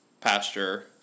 pasture